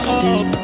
up